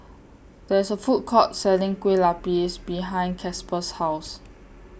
There IS A Food Court Selling Kueh Lupis behind Casper's House